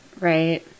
Right